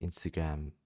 Instagram